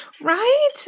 Right